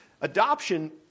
Adoption